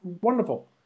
wonderful